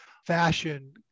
fashion